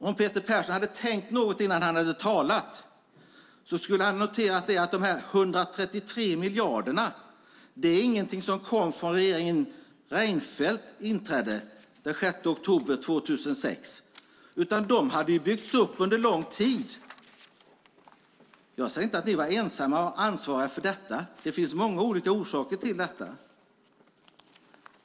Om Peter Persson hade tänkt något innan han hade talat skulle han ha noterat att de 133 miljarderna inte är något som kom sedan regeringen Reinfeldt tillträdde den 6 oktober 2006, utan de hade byggts upp under lång tid. Jag säger inte att ni ensamma ansvarade för detta, utan det finns många olika orsaker.